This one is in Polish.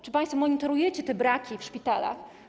Czy państwo monitorujecie te braki w szpitalach?